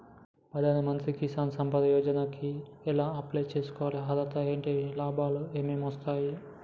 ప్రధాన మంత్రి కిసాన్ సంపద యోజన కి ఎలా అప్లయ్ చేసుకోవాలి? అర్హతలు ఏంటివి? లాభాలు ఏమొస్తాయి?